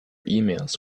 emails